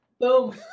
Boom